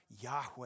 Yahweh